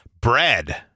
bread